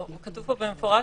כתוב פה במפורש